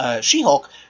She-Hulk